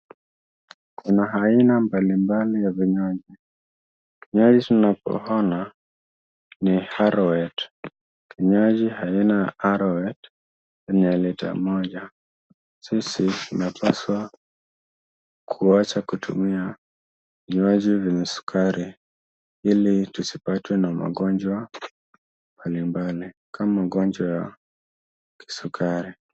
Kuna aina mbalimbali ya vinywaji. Kinywaji tunachoona ni (cs) arorwet (cs). Kinywaji aina ya (cs) arorwet (cs) ni ya lita moja. Sisi tunapaswa kuacha kutumia vinywaji vyenye sukari ili tusipatwe na magonjwa mbalimbali, kama ugonjwa wa kisukari.